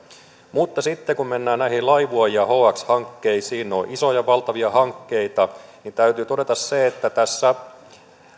mutta sitten kun mennään näihin laivue ja hx hankkeisiin ne ovat isoja valtavia hankkeita niin täytyy todeta se että tässä